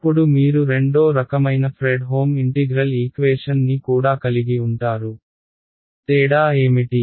అప్పుడు మీరు 2 వ రకమైన ఫ్రెడ్హోమ్ ఇంటిగ్రల్ ఈక్వేషన్ ని కూడా కలిగి ఉంటారు తేడా ఏమిటి